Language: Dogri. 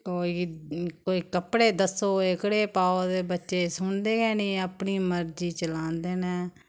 कोई कोई कपड़े दस्सो कि एह्कड़े पाओ दे बच्चे सुनदे गै निं अपनी मर्जी चलांदे न